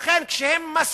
לכן, כשהם מסכימים,